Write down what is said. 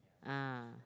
ah